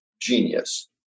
genius